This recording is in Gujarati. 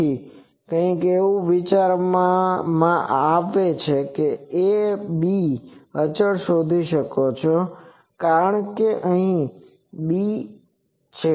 તેથી કંઈક એવું વિચાર આપવા જેવું છે કે તમે આ a b અચળ શોધી શકો છો કારણ કે આ કંઈક છે અને b છે